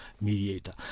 mediator